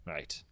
Right